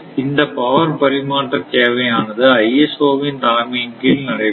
இந்த பவர் பரிமாற்ற சேவையானது ISO வின் தலைமையின் கீழ் நடைபெறும்